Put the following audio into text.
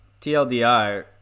TLDR